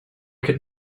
could